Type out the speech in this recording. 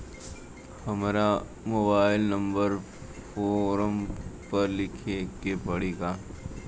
हमरो mobile number form पर लिखे के पड़ी का?